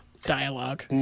dialogue